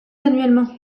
annuellement